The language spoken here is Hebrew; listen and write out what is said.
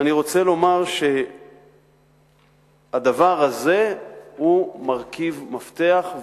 ואני רוצה לומר שהדבר הזה הוא מרכיב מפתח,